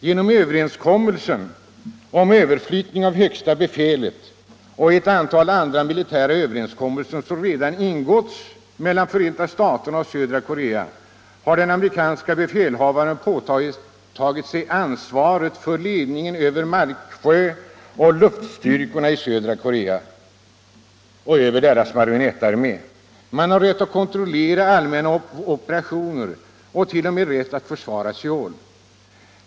Genom överenskommelsen om överflyttningen av högsta befälet och ett antal andra militära överenskommelser som redan ingåtts mellan Förenta staterna och södra Korea har den amerikanska befälhavaren påtagit sig ansvaret för ledningen över mark-, sjöoch luftstyrkorna i södra Korea och över dess marionettarmé. De amerikanska styrkorna har rätt att kontrollera allmänna operationer och t.o.m. rätt att försvara Söul.